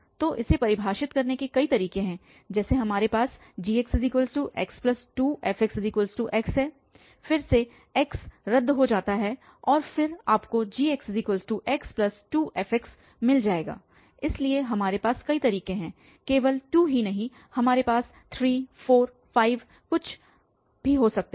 तो इसे परिभाषित करने के कई तरीके हैं जैसे हमारे पास gxx2fxx है फिर से x रद्द हो जाता है और फिर आपको gxx2fx मिल जाएगा इसलिए हमारे पास कई तरीके हैं केवल 2 ही नहीं हमारे पास 3 4 5 कुछ भी हो सकते हैं